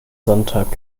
sonntag